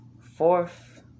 fourth